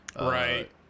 Right